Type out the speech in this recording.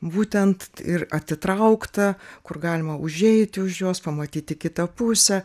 būtent ir atitraukta kur galima užeiti už jos pamatyti kitą pusę